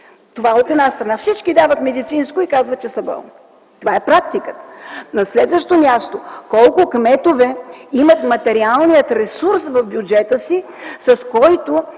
Това от една страна. Всички дават медицинско и казват, че са болни. Това е практика. На следващо място, колко кметове имат материалния ресурс в бюджета си, с който